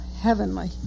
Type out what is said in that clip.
heavenly